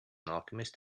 alchemist